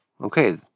Okay